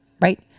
right